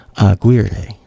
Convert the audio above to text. Aguirre